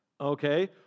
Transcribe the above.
Okay